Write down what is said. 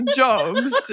jobs